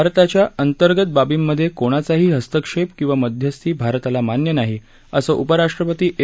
भारताच्या अंतर्गत बाबींमध्ये कोणाचाही हस्तक्षेप किंवा मध्यस्थी भारताला मान्य नाही असं उपराष्ट्रपती एम